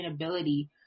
sustainability